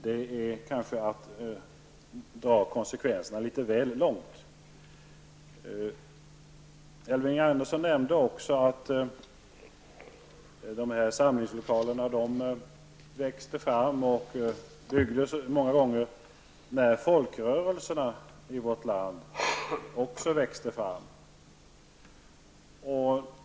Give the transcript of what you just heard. Det är kanske att dra kosekvenserna litet väl långt. Elving Andersson nämnde också att många samlingslokaler byggdes när folkrörelserna växte fram i vårt land.